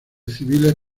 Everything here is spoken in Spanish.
civiles